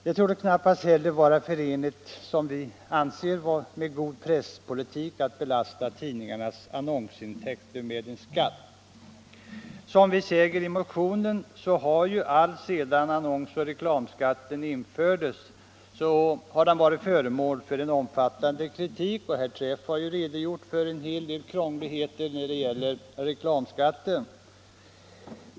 Det torde knappast heller vara förenligt med en god presspolitik att belasta itidningarnas annonsintäkter med en skatt. Som vi säger i motionen har annonsoch reklamskatten alltsedan den infördes varit föremål för en omfattande kritik, och herr Träff har här redogjort för en hel del krångligheter när det gäller reklamskatten.